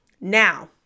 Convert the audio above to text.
Now